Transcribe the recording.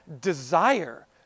desire